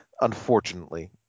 unfortunately